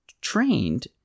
trained